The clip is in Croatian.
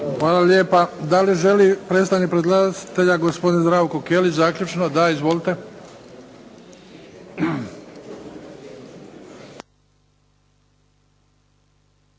Hvala lijepa. Da li želi predstavnik predlagatelja gospodin Zdravko Kelić zaključno? Da. Izvolite.